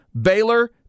Baylor